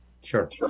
Sure